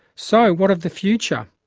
so, what of the future?